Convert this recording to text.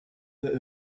that